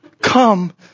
Come